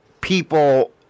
people